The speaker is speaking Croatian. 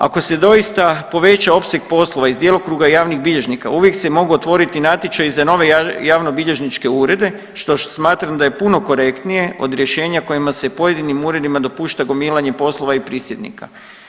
Ako se doista poveća opseg poslova iz djelokruga javnih bilježnika uvijek se mogao otvoriti natječaj za nove javnobilježničke urede što smatram da je puno korektnije od rješenja kojima se pojedinim uredima dopušta gomilanje poslova i prisjednika.